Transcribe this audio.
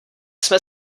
jsme